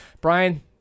brian